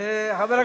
בבקשה.